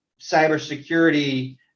cybersecurity